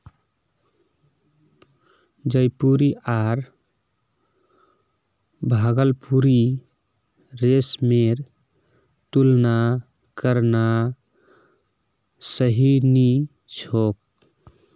जयपुरी आर भागलपुरी रेशमेर तुलना करना सही नी छोक